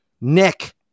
Nick